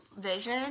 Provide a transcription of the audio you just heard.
vision